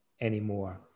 anymore